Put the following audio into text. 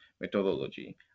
methodology